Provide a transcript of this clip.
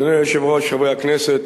אדוני היושב-ראש, חברי הכנסת,